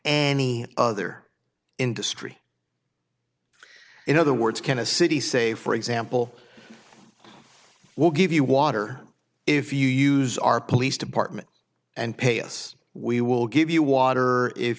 any other industry in other words can a city say for example we'll give you water if you use our police department and pay us we will give you water if